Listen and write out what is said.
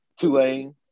Tulane